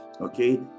Okay